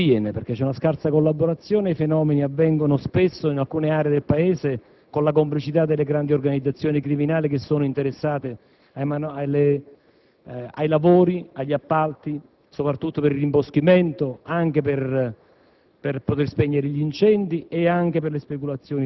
alle Forze dell'ordine. Purtroppo questo non avviene perché c'è una scarsa collaborazione e i fenomeni avvengono spesso, in alcune aree del Paese, con la complicità delle grandi organizzazioni criminali che sono interessate ai lavori, agli appalti, soprattutto per il rimboschimento, ma anche per